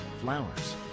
flowers